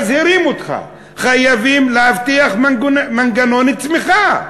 מזהירים אותך: חייבים להבטיח מנגנון צמיחה,